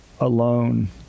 alone